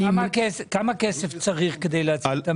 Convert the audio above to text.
כמה כסף צריך כדי להציל את המחלבה?